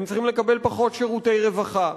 הם צריכים לקבל פחות שירותי רווחה.